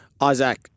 Isaac